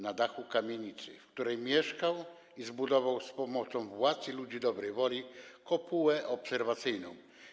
Na dachu kamienicy, w której mieszkał, zbudował z pomocą władz i ludzi dobrej woli kopułę obserwacyjną.